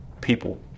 people